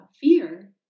fear